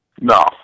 No